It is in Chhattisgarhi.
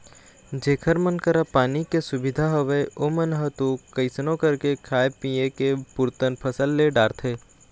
जेखर मन करा पानी के सुबिधा हवय ओमन ह तो कइसनो करके खाय पींए के पुरतन फसल ले डारथे